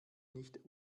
nicht